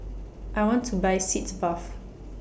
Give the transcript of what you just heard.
I want to Buy Sitz Bath